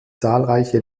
zahlreiche